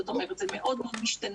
זאת אומרת זה מאוד משתנה.